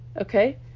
okay